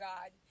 God